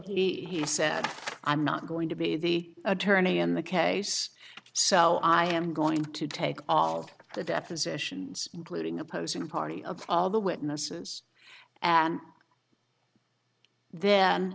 so he said i'm not going to be the attorney in the case so i am going to take all the deposition including opposing party of all the witnesses and then